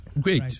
Great